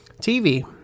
TV